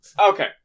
Okay